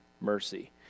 mercy